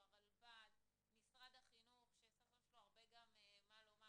אנחנו פשוט הרבה אחרי הזמן.